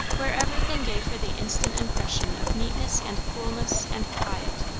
where everything gave her the instant impression of neatness and coolness and quiet,